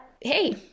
hey